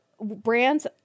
brands